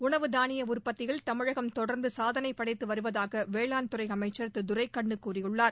உணவு தானிய உற்பத்தியில் தமிழகம் தொடர்ந்து சாதனை படைத்து வருவதாக வேளாண் துறை அமைச்சர் திரு துரைக்கண்ணு கூறியுள்ளார்